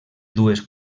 dues